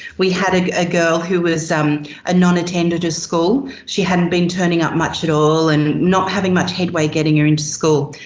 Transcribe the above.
we had ah a girl who was um a non-attender to school. she hadn't been turning up much at all, and not having much headway getting her into school.